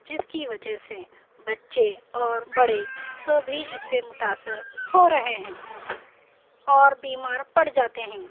جس کی وجہ سے بچے اور بڑے سو بھی اِس سے متاثر ہو رہے ہیں اور بیمار پڑ جاتے ہیں